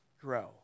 grow